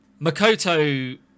Makoto